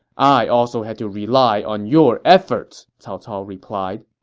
i also had to rely on your efforts, cao cao replied.